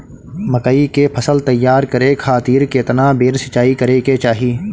मकई के फसल तैयार करे खातीर केतना बेर सिचाई करे के चाही?